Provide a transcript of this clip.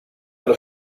allo